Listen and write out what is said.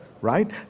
right